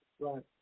Right